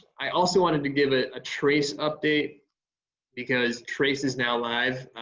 i also wanted to give it a trace update because trace is now life.